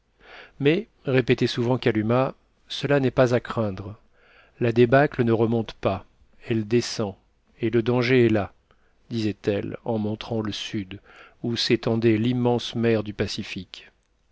mais répétait souvent kalumah cela n'est pas à craindre la débâcle ne remonte pas elle descend et le danger est là disait-elle en montrant le sud où s'étendait l'immense mer du pacifique